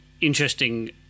interesting